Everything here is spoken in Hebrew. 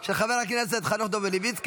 של חבר הכנסת חנוך דב מלביצקי,